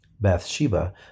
Bathsheba